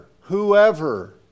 whoever